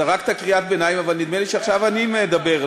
זרקת קריאת ביניים אבל נדמה לי שעכשיו אני מדבר,